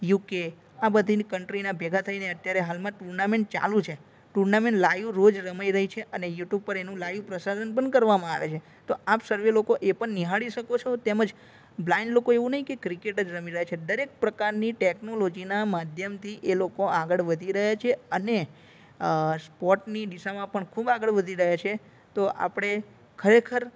UK આ બધી કન્ટ્રીના ભેગા થઈને અત્યારે હાલમાં ટુર્નામેન્ટ ચાલું છે ટુર્નામેન્ટ લાઈવ રોજ રમય રહી છે અને યુટ્યુબ પર એનું લાઈવ પ્રસારણ પણ કરવામાં આવે છે તો આપ સર્વે લોકો એ પણ નિહાળી શકો છો તેમજ બ્લાઇન્ડ લોકો એવું નહીં કે ક્રિકેટ જ રમી રહ્યા છે દરેક પ્રકારની ટેકનોલોજીના માધ્યમથી એ લોકો આગળ વધી રહ્યા છે અને સ્પોર્ટ્સની દિશામાં પણ ખૂબ આગળ વધી રહે છે તો આપણે ખરેખર